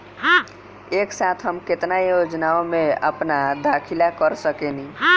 एक साथ हम केतना योजनाओ में अपना दाखिला कर सकेनी?